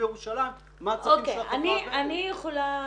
אני מוכרחה